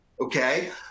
okay